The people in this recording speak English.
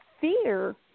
fear